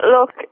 Look